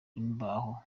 imbaho